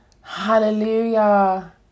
Hallelujah